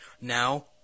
now